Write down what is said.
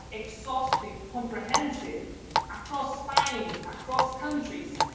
exhaustive, comprehensive across time, across countries.